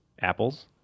Apples